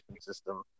system